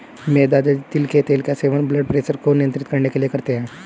मेरे दादाजी तिल के तेल का सेवन ब्लड प्रेशर को नियंत्रित करने के लिए करते हैं